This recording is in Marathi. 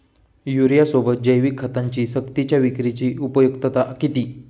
युरियासोबत जैविक खतांची सक्तीच्या विक्रीची उपयुक्तता किती?